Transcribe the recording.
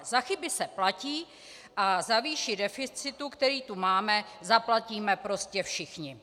Za chyby se platí a za výši deficitu, který tu máme, zaplatíme prostě všichni.